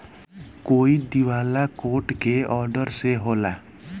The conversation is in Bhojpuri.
कोई दिवाला कोर्ट के ऑर्डर से होला